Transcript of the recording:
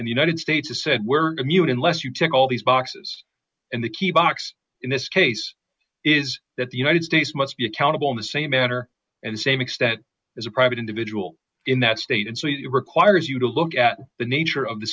in the united states has said we're to mute in less you check all these boxes and the key box in this case is that the united states must be accountable in the same manner and same extent as a private individual in that state and so he requires you to look at the nature of the